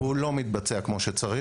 הוא לא מתבצע כמו שצריך,